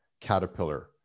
caterpillar